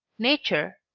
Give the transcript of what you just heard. nature.